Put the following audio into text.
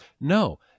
No